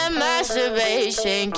masturbation